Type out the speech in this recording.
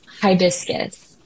hibiscus